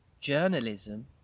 journalism